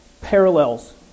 parallels